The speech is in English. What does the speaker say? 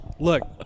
Look